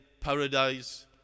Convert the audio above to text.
paradise